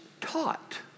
taught